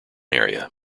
area